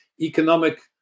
economic